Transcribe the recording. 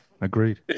Agreed